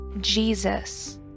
Jesus